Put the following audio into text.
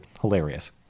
hilarious